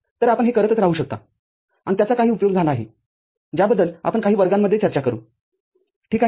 तरआपण हे करतच राहू शकता आणि त्याचा काही उपयोग झाला आहे ज्याबद्दल आपण नंतरच्या काही वर्गांमध्ये चर्चा करू ठीक आहे